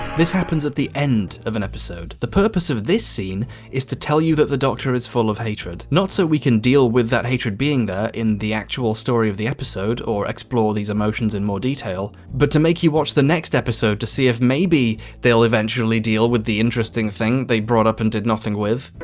this happens at the end of an episode. the purpose of this scene is to tell you that the doctor is full of hatred. not so we can deal with that hatred being there in the actual story of the episode or explore these emotions in more detail but to make you watch the next episode to see if maybe they'll eventually deal with the interesting thing they brought up and did nothing with.